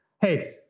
hey